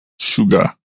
sugar